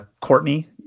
courtney